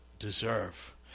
deserve